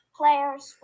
players